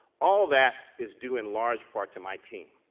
all that is due in large part to my team,